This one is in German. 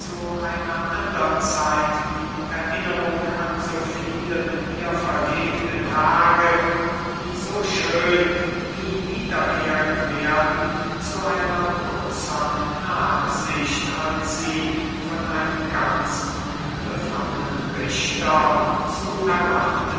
einer andern zeit die erinnerung an so viele mit ihr verlebte tage die so schön nie wiederkehren werden zu einer größern nachsicht als sie von einem ganz unbefangenen richter zu erwarten